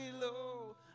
low